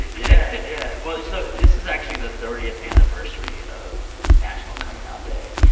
yeah, yeah. well, so this is actually the thirtieth anniversary of national coming out day.